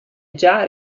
già